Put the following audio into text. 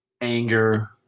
anger